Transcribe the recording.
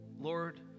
Lord